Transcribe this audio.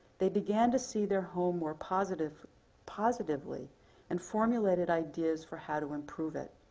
they began to see their home more positively positively and formulated ideas for how to improve it.